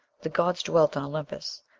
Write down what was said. the gods dwelt on olympus.